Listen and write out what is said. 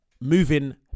moving